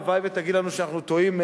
הלוואי שתגיד לנו שאנחנו טועים,